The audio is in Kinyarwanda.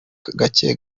gake